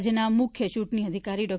રાજ્યના મુખ્ય ચ્રંટણી અધિકારી ડૉ